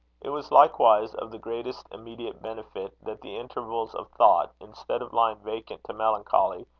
it was likewise of the greatest immediate benefit that the intervals of thought, instead of lying vacant to melancholy,